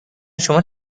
شما